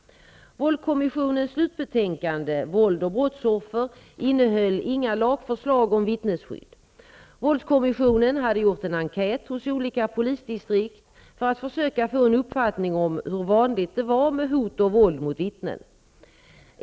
Våldskommissionens slutbetänkande ''Våld och brottsoffer'' innehöll inga lagförslag om vitttnesskydd. Våldskommissionen hade gjort en enkät hos olika polisdistrikt för att försöka få en uppfattning om hur vanligt det var med hot och våld mot vittnen.